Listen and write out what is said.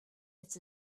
its